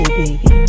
baby